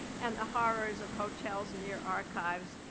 and the horrors of hotels near archives.